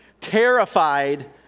terrified